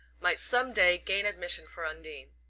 might some day gain admission for undine.